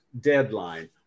Deadline